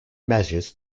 measures